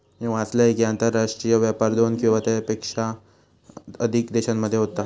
मी वाचलंय कि, आंतरराष्ट्रीय व्यापार दोन किंवा त्येच्यापेक्षा अधिक देशांमध्ये होता